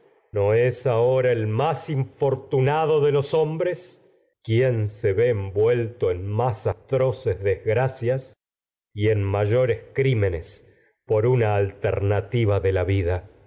no es ahora el más